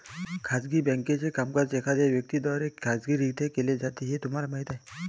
खाजगी बँकेचे कामकाज एखाद्या व्यक्ती द्वारे खाजगीरित्या केले जाते हे तुम्हाला माहीत आहे